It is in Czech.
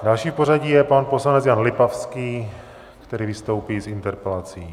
Další v pořadí je pan poslanec Jan Lipavský, který vystoupí s interpelací.